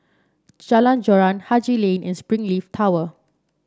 Jalan Joran Haji Lane and Springleaf Tower